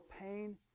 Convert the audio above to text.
pain